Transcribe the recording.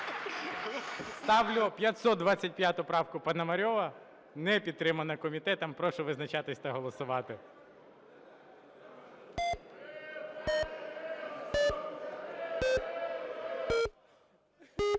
Ставлю 525 правку Пономарьова, не підтримана комітетом. Прошу визначатись та голосувати.